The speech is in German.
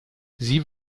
sie